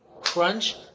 Crunch